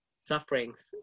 sufferings